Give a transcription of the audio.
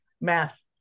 Math